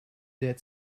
der